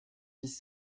dix